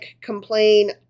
complain